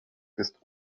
ist